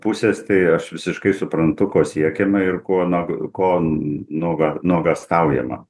pusės tai aš visiškai suprantu ko siekiama ir kuo na ko nuoga nuogąstaujama